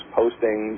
posting